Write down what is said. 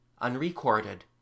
unrecorded